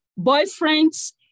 boyfriends